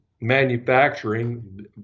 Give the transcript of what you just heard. manufacturing